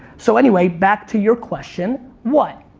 so, anyway, back to your question, what?